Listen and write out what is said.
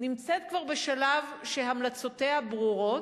נמצאת כבר בשלב שהמלצותיה ברורות,